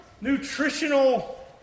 nutritional